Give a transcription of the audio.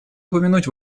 упомянуть